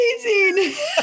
amazing